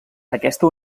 aquesta